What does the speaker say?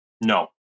No